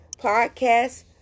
podcast